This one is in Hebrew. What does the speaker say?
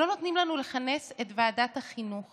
לא נותנים לנו לכנס את ועדת החינוך